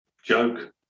Joke